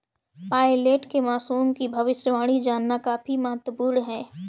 pilot के लिए मौसम की भविष्यवाणी जानना काफी महत्त्वपूर्ण है